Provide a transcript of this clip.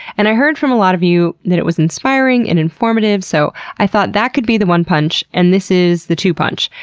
and i heard from a lot of you that it was inspiring and informative, so i thought that could be the one punch and this is the two punch.